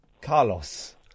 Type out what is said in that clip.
Carlos